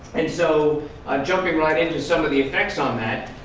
and so jumping right into some of the affects on that,